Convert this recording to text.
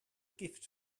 gift